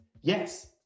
Yes